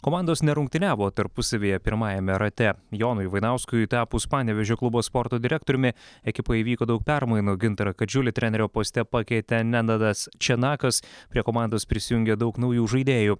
komandos nerungtyniavo tarpusavyje pirmajame rate jonui vainauskui tapus panevėžio klubo sporto direktoriumi ekipoje įvyko daug permainų gintarą kadžiulį trenerio poste pakeitė nenadas čenakas prie komandos prisijungė daug naujų žaidėjų